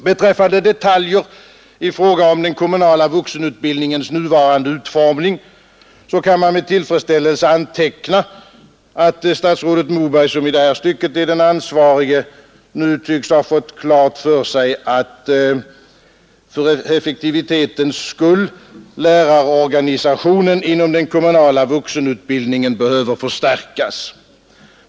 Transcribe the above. Beträffande detaljer i fråga om den kommunala vuxenutbildningens nuvarande utformning kan man med tillfredsställelse anteckna att statsrådet Moberg, som i detta stycke är den ansvarige, nu tycks ha fått klart för sig att lärarorganisationen inom den kommunala vuxenutbildningen för effektivitetens skull behöver förstärkas.